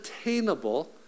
attainable